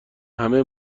همه